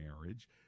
marriage